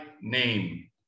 name